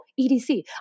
EDC